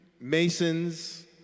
masons